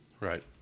Right